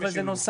אבל זה נוסף.